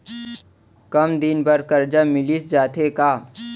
कम दिन बर करजा मिलिस जाथे का?